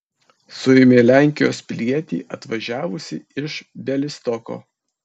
suėmė lenkijos pilietį atvažiavusį iš bialystoko